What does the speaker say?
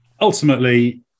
ultimately